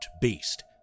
beast